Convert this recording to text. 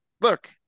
look